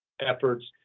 efforts